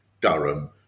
Durham